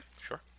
sure